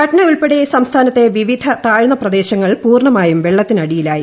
പട്നയുൾപ്പെടെ സംസ്ഥാനത്തെ വിവിധ താഴ്ന്ന പ്രദേശങ്ങൾ പൂർണ്ണമായും വെള്ളത്തിനടിയിലായി